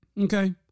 okay